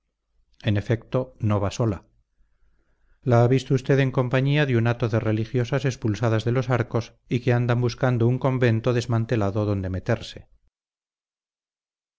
en efecto no va sola la ha visto usted en compañía de un hato de religiosas expulsadas de los arcos y que andan buscando un convento desmantelado donde meterse